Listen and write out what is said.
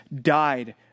died